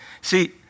See